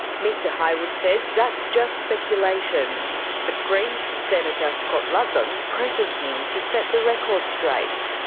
mr hywood says that's just speculation but greens senator scott ludlam presses him to set the record straight.